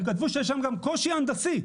הם כתבו שיש שם גם קושי הנדסי.